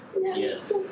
Yes